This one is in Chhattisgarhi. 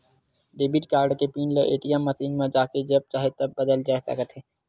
डेबिट कारड के पिन ल ए.टी.एम मसीन म जाके जब चाहे बदले जा सकत हे